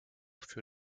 für